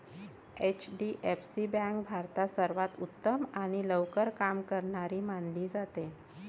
HDFC bank भारतात सर्वांत उत्तम आणि लवकर काम करणारी मानली जाते